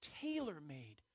tailor-made